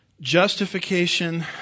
Justification